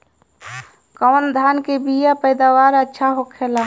कवन धान के बीया के पैदावार अच्छा होखेला?